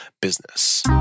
business